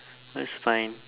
that's fine